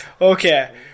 Okay